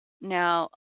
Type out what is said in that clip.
Now